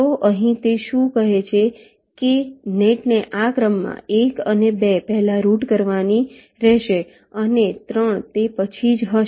તો અહીં તે શું કહે છે કે નેટને આ ક્રમમાં 1 અને 2 પહેલા રૂટ કરવાની રહેશે અને 3 તે પછી જ હશે